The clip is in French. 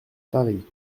paris